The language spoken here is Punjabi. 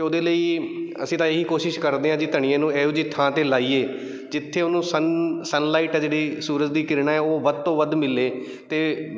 ਅਤੇ ਉਹਦੇ ਲਈ ਅਸੀਂ ਤਾਂ ਇਹੀ ਕੋਸ਼ਿਸ਼ ਕਰਦੇ ਹਾਂ ਜੀ ਧਨੀਏ ਨੂੰ ਇਹੋ ਜਿਹੀ ਥਾਂ 'ਤੇ ਲਾਈਏ ਜਿੱਥੇ ਉਹਨੂੰ ਸਨ ਸਨਲਾਈਟ ਆ ਜਿਹੜੀ ਸੂਰਜ ਦੀ ਕਿਰਨਾਂ ਹੈ ਉਹ ਵੱਧ ਤੋਂ ਵੱਧ ਮਿਲੇ ਅਤੇ